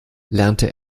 lernte